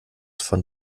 von